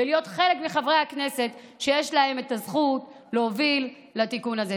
ולהיות חלק מחברי הכנסת שיש להם את הזכות להוביל לתיקון הזה.